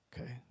Okay